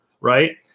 right